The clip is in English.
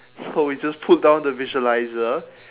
so we just pulled down the visualiser